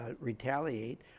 retaliate